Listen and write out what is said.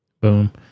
Boom